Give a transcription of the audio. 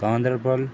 Ganderbal